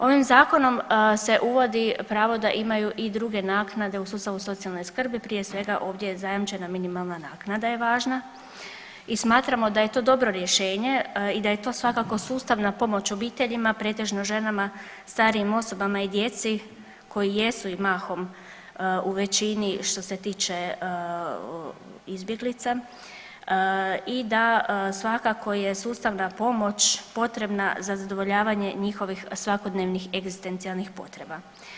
Ovim zakonom se uvodi pravo da imaju i druge naknade u sustavu socijalne skrbi, prije svega ovdje je zajamčena minimalna naknada je važna i smatramo da je to dobro rješenje i da je to svakako sustavna pomoć obiteljima, pretežno ženama, starijim osobama i djeci koji i jesu i mahom u većini što se tiče izbjeglica i da svakako je sustavna pomoć potrebna za zadovoljavanje njihovih svakodnevnih egzistencijalnih potreba.